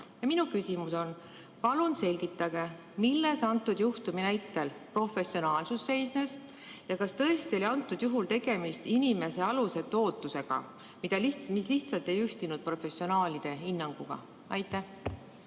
lahku minna. Palun selgitage, milles antud juhtumi puhul professionaalsus seisnes. Kas tõesti oli antud juhul tegemist inimese alusetu ootusega, mis lihtsalt ei ühtinud professionaalide hinnanguga? Aitäh,